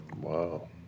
Wow